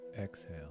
exhale